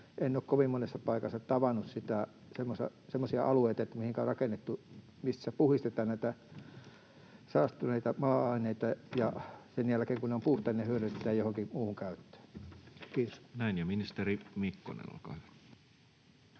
en ole kovin monessa paikassa tavannut semmoisia alueita, mihin on rakennettu, missä puhdistetaan näitä saastuneita maa-aineita ja sen jälkeen, kun ne ovat puhtaat, ne hyödynnetään johonkin muuhun käyttöön. — Kiitos. Näin. — Ja ministeri Mikkonen, olkaa hyvä.